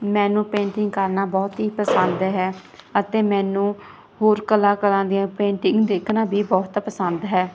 ਮੈਨੂੰ ਪੇਂਟਿੰਗ ਕਰਨਾ ਬਹੁਤ ਹੀ ਪਸੰਦ ਹੈ ਅਤੇ ਮੈਨੂੰ ਹੋਰ ਕਲਾਕਾਰਾਂ ਦੀਆਂ ਪੇਂਟਿੰਗ ਦੇਖਣਾ ਵੀ ਬਹੁਤ ਪਸੰਦ ਹੈ